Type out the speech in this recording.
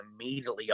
immediately